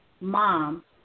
Mom